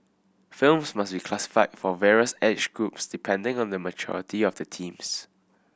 films must be classified for various age groups depending on the maturity of the themes